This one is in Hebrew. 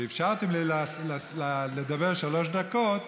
ואפשרתם לי לדבר שלוש דקות,